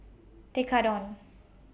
Tekkadon